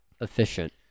efficient